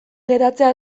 geratzea